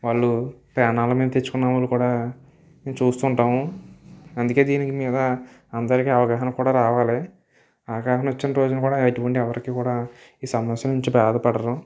వాళ్ళు ప్రాణాలు మీదకు తెచ్చుకున్న వాళ్ళు కూడా నేను చూస్తుంటాము అందుకు దీనికి మీద అందరికి అవగాహన కూడా రావాలని అవగాహన వచ్చిన రోజు కూడా ఇటువంటి ఎవరికి కూడా ఈ సమస్య గురించి బాధపడరు